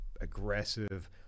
aggressive